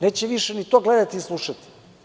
Neće više ni to gledati i slušati.